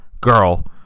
girl